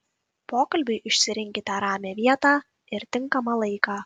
pokalbiui išsirinkite ramią vietą ir tinkamą laiką